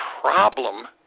problem